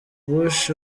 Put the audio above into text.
bush